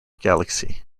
galaxy